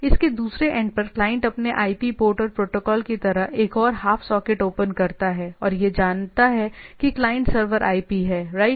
इसके दूसरे एंड पर क्लाइंट अपने आईपी पोर्ट और प्रोटोकॉल की तरह एक और हाफ सॉकेट ओपन करता है और यह जानता है कि क्लाइंट सर्वर आईपी है राइट